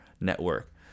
network